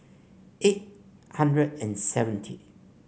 eight hundred and seventy